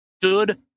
Stood